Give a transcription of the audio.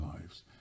lives